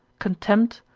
contempt,